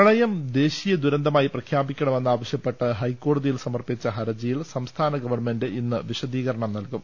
പ്രളയം ദേശീയ ദുരന്തമായി പ്രഖ്യാപിക്കണമെന്ന് ആവശ്യപ്പെട്ട് ഹൈക്കോടതിയിൽ സമർപ്പിച്ച ഹർജിയിൽ സംസ്ഥാന ഗവൺമെൻറ് ഇന്ന് വിശദീകരണം നൽകും